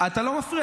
אני לא אפריע